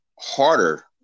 harder